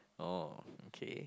oh okay